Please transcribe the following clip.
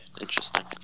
interesting